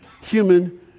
Human